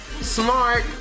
smart